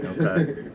Okay